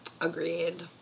Agreed